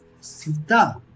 Sita